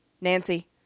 Nancy